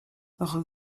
rue